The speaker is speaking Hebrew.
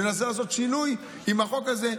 ננסה לעשות שינוי עם החוק הזה,